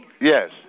yes